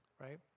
Right